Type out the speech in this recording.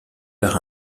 par